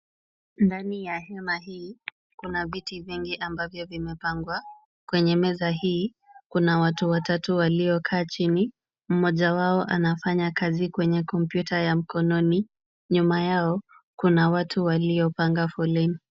Ndani ya hema hii, kuna viti vingi ambavyo vimepangwa. Kwenye meza hii, kuna watu watatu waliokaa chini, mmoja wao anafanya kazi kwenye kompyuta ya mkononi. Nyuma yao, kuna watu waliopanga foleni.